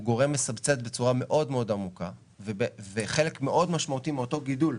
הוא גורם מסבסד בצורה מאוד מאוד עמוקה וחלק מאוד משמעותי מאותו גידול,